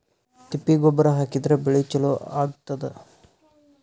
ತಿಪ್ಪಿ ಗೊಬ್ಬರ ಹಾಕಿದ್ರ ಬೆಳಿ ಚಲೋ ಆಗತದ?